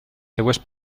seues